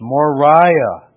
Moriah